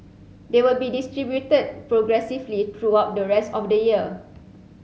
they will be distributed progressively throughout the rest of the year